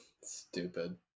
stupid